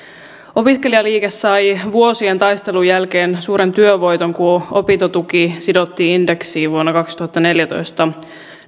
opiskelijaliike sai vuosien taistelun jälkeen suuren työvoiton kun opintotuki sidottiin indeksiin vuonna kaksituhattaneljätoista